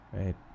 right